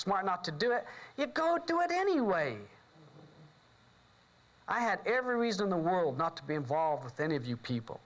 smart not to do it it go do it anyway i had every reason in the world not to be involved with any of you people